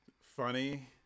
funny